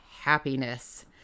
happiness